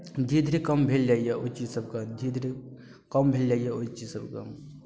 धीरे धीरे कम भेल जाइए ओहि चीजसभके धीरे धीरे कम भेल जाइए ओहि चीजसभके